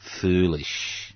foolish